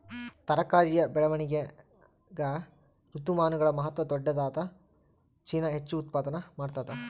ತರಕಾರಿಯ ಬೆಳವಣಿಗಾಗ ಋತುಮಾನಗಳ ಮಹತ್ವ ದೊಡ್ಡದಾದ ಚೀನಾ ಹೆಚ್ಚು ಉತ್ಪಾದನಾ ಮಾಡ್ತದ